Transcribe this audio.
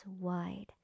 wide